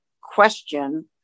question